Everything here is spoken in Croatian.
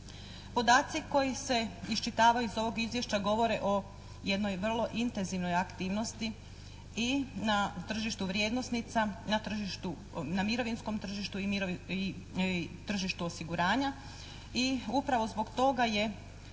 Podaci koji se iščitavaju iz ovog Izvješća govore o jednoj vrlo intenzivnoj aktivnosti i na tržištu vrijednosnica, na mirovinskom tržištu i tržištu osiguranja i upravo zbog toga je